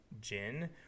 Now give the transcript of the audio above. gin